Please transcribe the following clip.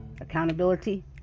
Accountability